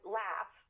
laugh